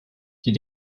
die